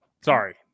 Sorry